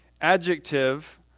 adjective